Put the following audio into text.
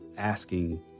Asking